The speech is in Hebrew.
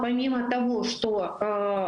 (מדברת ברוסית) ביקשתי שתמקד את